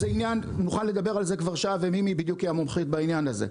נוכל לדבר על זה ומימי בדיוק היא המומחית בעניין הזה.